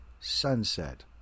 Sunset